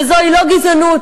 וזוהי לא גזענות.